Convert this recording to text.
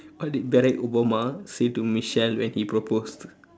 what did barack obama say to michelle when he proposed